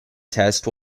test